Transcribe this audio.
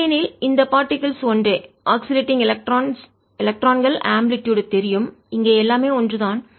இல்லையெனில் இந்த பார்டிகில்ஸ் துகள்கள் ஒன்றே ஆக்சிலேட்டிங் ஊசலாடும் எலக்ட்ரான்கள் ஆம்பிளிடுயுட் அலைவீச்சு தெரியும் இங்கே எல்லாமே ஒன்றுதான்